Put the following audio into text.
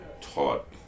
taught